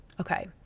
Okay